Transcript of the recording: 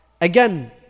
Again